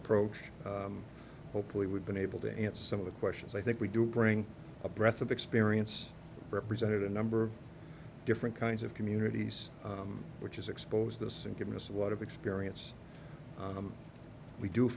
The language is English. approach hopefully we've been able to answer some of the questions i think we do bring a breath of experience represented a number of different kinds of communities which is exposed to us and given us a lot of experience we do